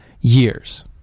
years